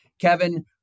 kevin